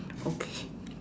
okay